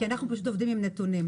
כי אנחנו פשוט עובדים עם נתונים.